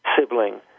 sibling